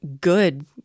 good